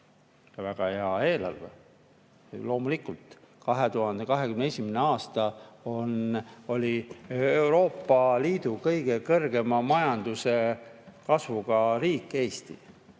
väga hea eelarve. Loomulikult 2021. aastal oli Euroopa Liidu kõige kõrgema majanduskasvuga riik Eesti.